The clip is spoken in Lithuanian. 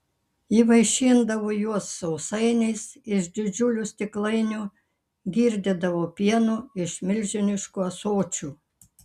ji vaišindavo juos sausainiais iš didžiulių stiklainių girdydavo pienu iš milžiniškų ąsočių